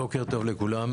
בוקר טוב לכולם.